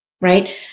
right